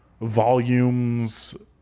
volumes